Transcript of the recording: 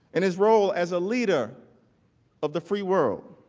in his role as a leader of the free world.